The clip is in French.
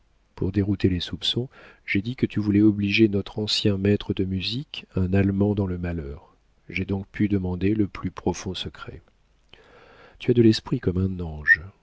pour dérouter les soupçons j'ai dit que tu voulais obliger notre ancien maître de musique un allemand dans le malheur j'ai donc pu demander le plus profond secret tu as de l'esprit comme un ange